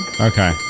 Okay